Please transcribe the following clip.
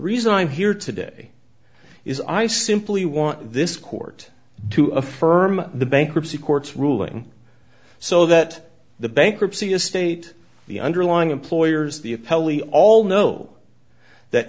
reason i'm here today is i simply want this court to affirm the bankruptcy court's ruling so that the bankruptcy estate the underlying employers the appellee all know that